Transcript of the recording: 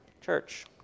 Church